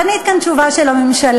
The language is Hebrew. את ענית כאן תשובה של הממשלה,